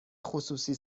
خصوصی